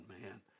man